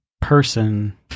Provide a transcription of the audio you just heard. person